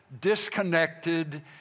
disconnected